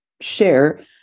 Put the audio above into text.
share